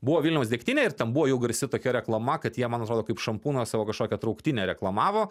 buvo vilniaus degtinė ir ten buvo jau garsi tokia reklama kad jie man atrodo kaip šampūną savo kažkokią trauktinę reklamavo